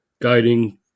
guiding